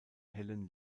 hellen